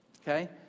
okay